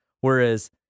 whereas